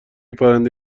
پرنده